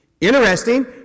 Interesting